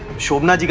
shobhana